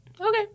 Okay